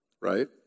Right